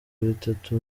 bitatu